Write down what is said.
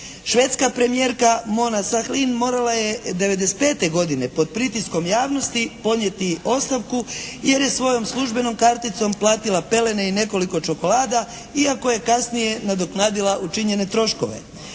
Švedska premijerka MOna Sahlin morala je 1995. godine pod pritiskom javnosti podnijeti ostavku jer je svojom službenom karticom platila pelene i nekoliko čokolada iako je kasnije nadoknadila učinjene troškove.